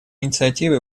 инициативы